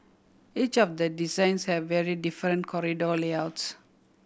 each of the designs have very different corridor layouts